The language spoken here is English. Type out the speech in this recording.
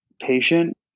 patient